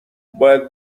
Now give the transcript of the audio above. باید